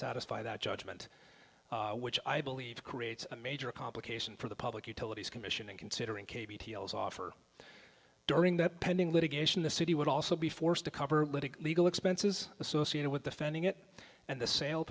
satisfy that judgment which i believe creates a major complication for the public utilities commission in considering offer during the pending litigation the city would also be forced to cover legal expenses associated with defending it and the sale